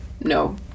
No